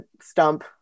stump